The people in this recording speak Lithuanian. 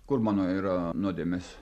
kur mano yra nuodėmės